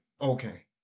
okay